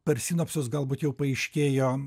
per sinapses galbūt jau paaiškėjo